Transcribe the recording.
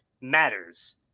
matters